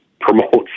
promotes